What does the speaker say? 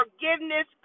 forgiveness